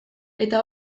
eta